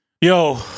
Yo